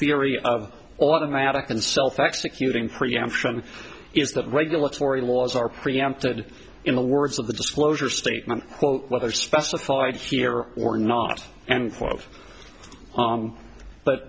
theory of automatic and self executing preemption is that regulatory laws are preempted in the words of the disclosure statement whether specified here or not and four of but